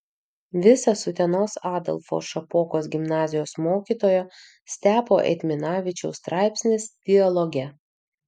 visas utenos adolfo šapokos gimnazijos mokytojo stepo eitminavičiaus straipsnis dialoge